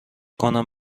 کنم